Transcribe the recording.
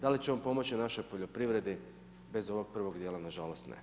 Da li će on pomoći našoj poljoprivredi, bez ovog prvog dijela nažalost ne.